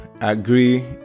agree